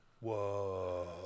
Whoa